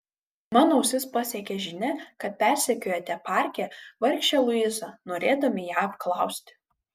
mano ausis pasiekė žinia kad persekiojote parke vargšę luizą norėdami ją apklausti